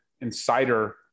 insider